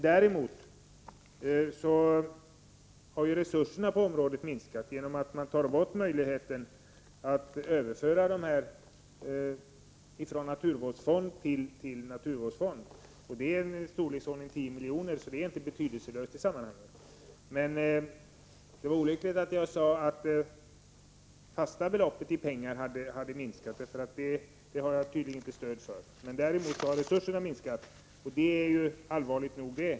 Däremot har resurserna på området minskat genom att man tagit bort möjligheten att överföra mark från domänfonden till naturvårdsfonden. Här rör det sig om en summa i storleksordningen 10 milj.kr., så det är inte betydelselöst i sammanhanget. Det var olyckligt att jag sade att det fasta beloppet i pengar hade minskat — det har jag tydligen inte stöd för. Däremot har resurserna minskat, och det är allvarligt nog.